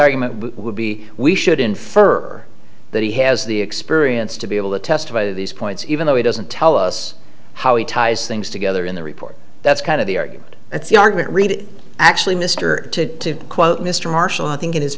argument would be we should infer that he has the experience to be able to testify these points even though he doesn't tell us how he ties things together in the report that's kind of the argument that's the argument read actually mr to quote mr marshall i think in his